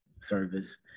service